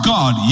God